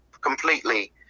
completely